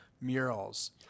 murals